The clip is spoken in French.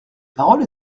parole